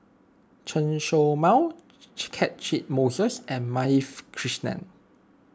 Chen Show Mao Catchick Moses and Madhavi Krishnan